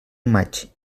maig